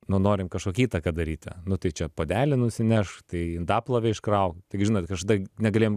nu norim kažkokią įtaką daryti nu tai čia puodelį nusinešk tai indaplovę iškrauk taigi žinot kažkada negalėjom